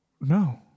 No